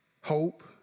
hope